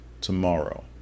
tomorrow